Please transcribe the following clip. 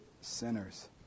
sinners